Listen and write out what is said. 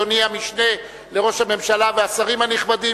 אדוני המשנה לראש הממשלה והשרים הנכבדים,